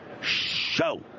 Show